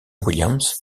williams